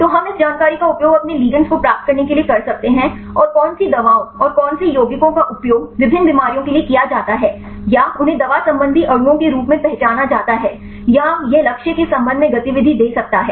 तो हम इस जानकारी का उपयोग अपने लिगेंड्स को प्राप्त करने के लिए कर सकते हैं और कौन सी दवाओं और कौन से यौगिकों का उपयोग विभिन्न बीमारियों के लिए किया जाता है या उन्हें दवा संबंधी अणुओं के रूप में पहचाना जाता है या यह लक्ष्य के संबंध में गतिविधि दे सकता है